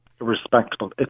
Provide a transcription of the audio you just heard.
respectable